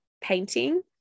painting